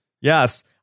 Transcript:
yes